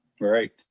right